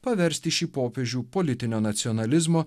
paversti šį popiežių politinio nacionalizmo